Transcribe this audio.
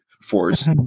force